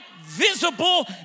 visible